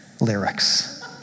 lyrics